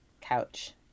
Couch